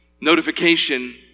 notification